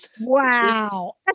Wow